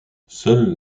seule